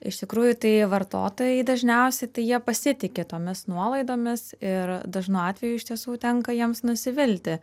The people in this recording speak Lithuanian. iš tikrųjų tai vartotojai dažniausiai tai jie pasitiki tomis nuolaidomis ir dažnu atveju iš tiesų tenka jiems nusivilti